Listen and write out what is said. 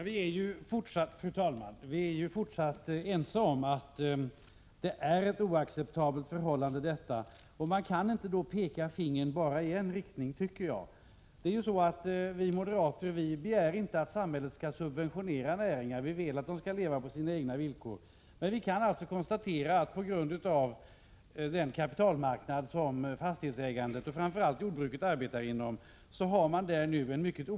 Fru talman! Vi är fortfarande ense om att detta förhållande är oacceptabelt. Jag tycker att man då inte kan peka finger bara i en riktning. Vi moderater begär inte att samhället skall subventionera näringar. Vi vill att de skall leva på sina egna villkor. Vi kan alltså konstatera att utvecklingen av räntenivån är mycket olycklig på den kapitalmarknad som fastighetsägandet och framför allt jordbruket har att arbeta.